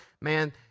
man